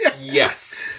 Yes